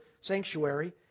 sanctuary